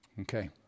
Okay